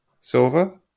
silver